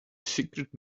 secret